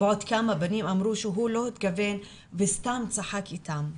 בעוד כמה בנים אמרו שהוא לא התכוון וסתם צחק איתם,